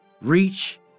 reach